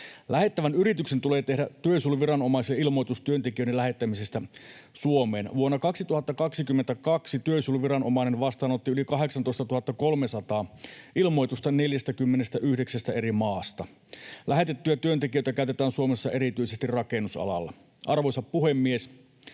Lähettävän yrityksen tulee tehdä työsuojeluviranomaiselle ilmoitus työntekijöiden lähettämisestä Suomeen. Vuonna 2022 työsuojeluviranomainen vastaanotti yli 18 300 ilmoitusta 49:stä eri maasta. Lähetettyjä työntekijöitä käytetään Suomessa erityisesti rakennusalalla. Arvoisa puhemies!